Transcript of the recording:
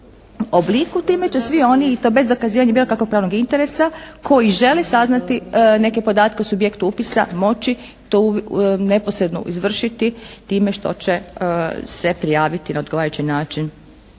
obliku i time će svi oni i to bez dokazivanja bilo kakvog pravnog interesa koji želi saznati neke podatke o subjektu upisa moći to neposredno izvršiti time što će se prijaviti na odgovarajući način